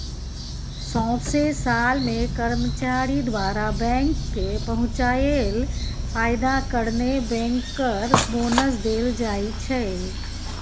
सौंसे साल मे कर्मचारी द्वारा बैंक केँ पहुँचाएल फायदा कारणेँ बैंकर बोनस देल जाइ छै